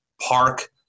park